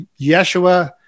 yeshua